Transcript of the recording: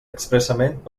expressament